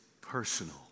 personal